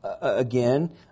again